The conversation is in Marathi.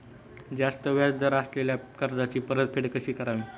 जास्त व्याज दर असलेल्या कर्जाची परतफेड कशी करावी?